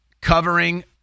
covering